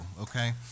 okay